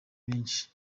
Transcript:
benshi